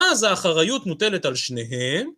‫אז האחריות מוטלת על שניהן.